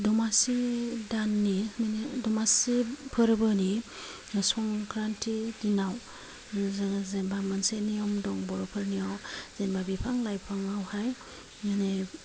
दमासि दाननि दमासि फोरबोनि संक्रान्ति दिनाव जोङो जेनेबा मोनसे नियम दं बर'फोरनिआव जेनेबा बिफां लाइफांआवहाय माने